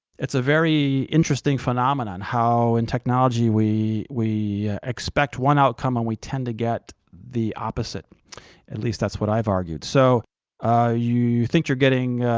it's a very interesting phenomenon, how in technology we we expect one outcome and we tend to get the opposite at least that's what i've argued. so you think you're getting